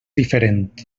diferent